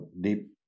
deep